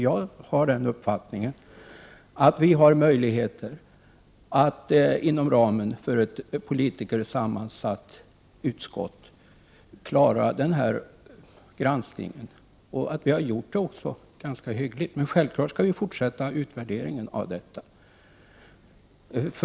Enligt min uppfattning har vi möjligheter att inom ramen för ett politikersammansatt utskott klara denna granskning, och vi har också gjort detta ganska hyggligt. Självfallet skall vi fortsätta utvärderingen av denna granskning.